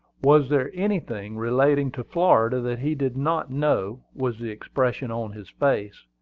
was there anything relating to florida that he did not know, was the expression on his face.